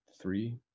three